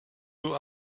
you